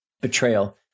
Betrayal